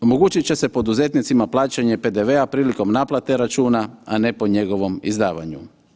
Omogućit će se poduzetnicima plaćanje PDV-a prilikom naplate računa, a ne po njegovom izdavanju.